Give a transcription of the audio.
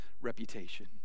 reputation